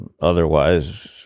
otherwise